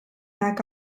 back